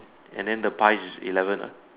and then the pies is eleven leh